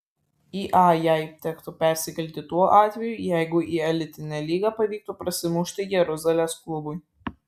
į a jai tektų persikelti tuo atveju jeigu į elitinę lygą pavyktų prasimušti jeruzalės klubui